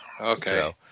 okay